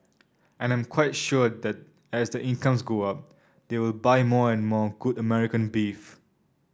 and I am quite sure that as their incomes go up they will buy more and more good American beef